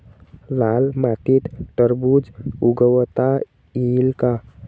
लाल मातीत टरबूज उगवता येईल का?